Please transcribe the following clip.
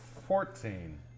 Fourteen